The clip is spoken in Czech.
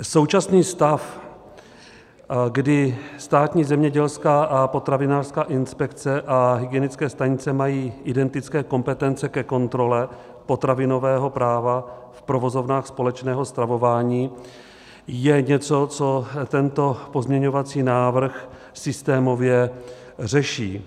Současný stav, kdy Státní zemědělská a potravinářská inspekce a hygienické stanice mají identické kompetence ke kontrole potravinového práva v provozovnách společného stravování, je něco, co tento pozměňovací návrh systémově řeší.